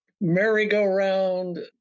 merry-go-round